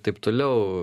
taip toliau